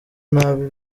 nabi